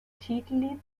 titellied